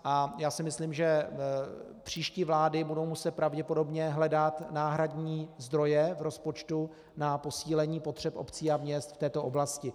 A já si myslím, že příští vlády budou muset pravděpodobně hledat náhradní zdroje v rozpočtu na posílení potřeb obcí a měst v této oblasti.